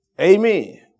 Amen